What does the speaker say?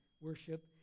worship